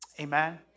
Amen